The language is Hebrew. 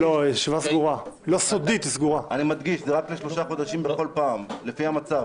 זה מוגבל לשלושה חודשים בכל פעם לפי המצב.